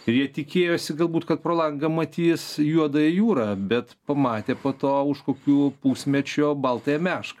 ir jie tikėjosi galbūt kad pro langą matys juodąją jūrą bet pamatė po to už kokių pusmečio baltąją mešką